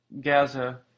Gaza